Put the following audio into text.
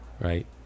right